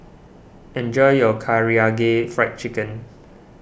enjoy your Karaage Fried Chicken